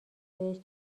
بهش